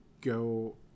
go